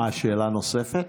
שאלה נוספת?